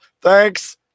thanks